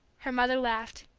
her mother laughed.